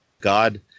God